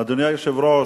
אדוני היושב-ראש,